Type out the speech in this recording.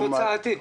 תוצאתי.